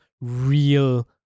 real